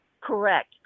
Correct